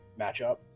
matchup